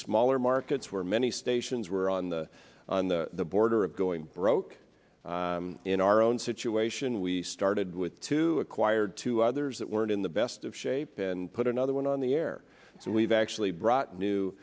smaller markets where many stations were on the the border of going broke in our own situation we started with two acquired two others that weren't in the best of shape and put another one on the air and we've actually brought